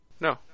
No